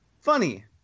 funny